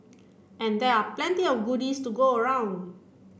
and there are plenty of goodies to go around